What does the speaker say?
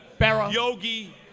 Yogi